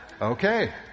Okay